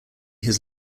his